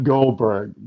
Goldberg